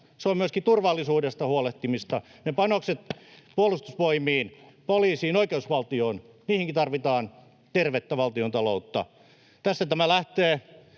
Se on myöskin turvallisuudesta huolehtimista. Meidän panoksiimme Puolustusvoimiin, poliisiin ja oikeusvaltioon tarvitaan tervettä valtiontaloutta. Tästä tämä lähtee.